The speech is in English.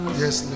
yes